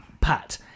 Pat